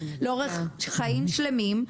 לא רק חיים שלמים,